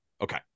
Okay